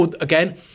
again